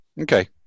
Okay